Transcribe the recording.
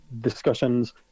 discussions